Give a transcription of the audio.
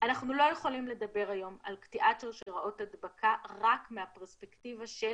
אנחנו לא יכולים לדברים היום על קטיעת שרשראות ההדבקה רק מהפרספקטיבה של